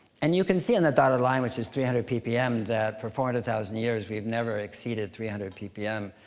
and you can see on the dotted line, which is three hundred ppm, that, for four hundred and thousand years, we've never exceeded three hundred ppm.